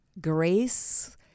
grace